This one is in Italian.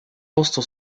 posto